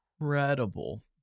incredible